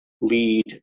lead